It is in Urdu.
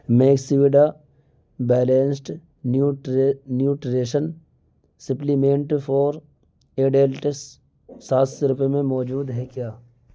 Max vida balanced nutri nutrition supplement for adults سات سو روپئے میں موجود ہے کیا